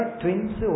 twins